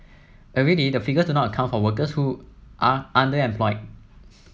already the figures not account for workers who are underemployed